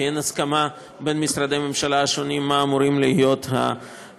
כי אין הסכמה בין משרדי הממשלה השונים מה אמורים להיות התנאים.